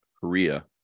Korea